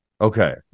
Okay